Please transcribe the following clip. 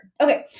Okay